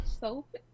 soap